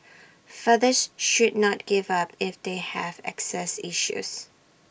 fathers should not give up if they have access issues